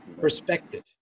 Perspective